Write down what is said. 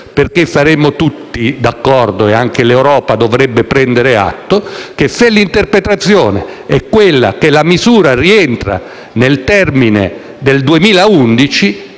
perché saremmo tutti d'accordo - e anche l'Europa dovrebbe prenderne atto - che se l'interpretazione è quella secondo la quale la misura rientra nel termine del 2011,